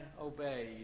obeyed